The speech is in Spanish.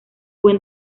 buen